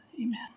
amen